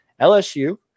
LSU